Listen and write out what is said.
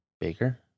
Baker